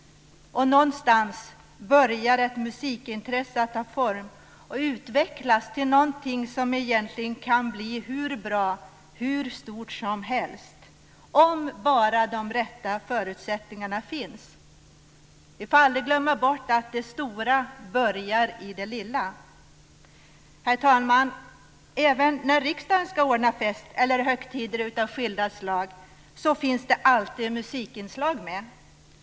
Någonstans börjar ett musikintresse att ta form för att sedan utvecklas till någonting som egentligen kan bli hur bra, hur stort, som helst om bara de rätta förutsättningarna finns. Vi får aldrig glömma bort att det stora börjar i det lilla. Herr talman! Även när riksdagen ska ordna fest eller högtider av skilda slag finns det alltid musikinslag med.